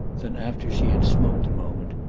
then after she had smoked a moment,